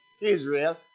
Israel